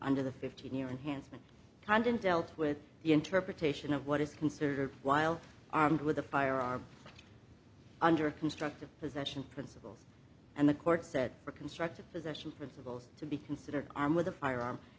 under the fifteen year enhanced content dealt with the interpretation of what is considered while armed with a firearm under constructive possession principles and the court said for constructive possession principles to be considered armed with a firearm